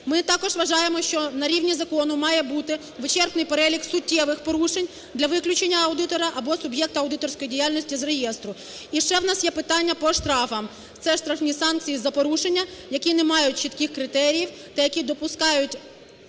Ми також вважаємо, що на рівні закону має бути вичерпний перелік суттєвих порушень для виключення аудитора або суб'єкта аудиторської діяльності з реєстру. І ще у нас є питання по штрафам. Це штрафні санкції за порушення, які не мають чітких критеріїв та порушення, які допускають